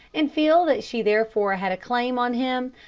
and feel that she therefore had a claim on him,